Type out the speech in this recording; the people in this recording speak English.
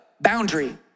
boundary